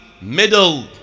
middle